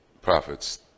prophets